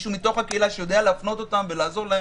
מישהו מתוך הקהילה שיודע להפנות אותם ולעזור להם,